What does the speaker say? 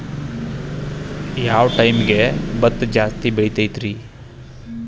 ಯಾವ ಟೈಮ್ಗೆ ಭತ್ತ ಜಾಸ್ತಿ ಬೆಳಿತೈತ್ರೇ?